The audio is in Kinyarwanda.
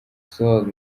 sol